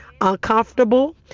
uncomfortable